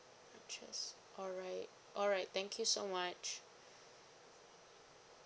interest alright alright thank you so much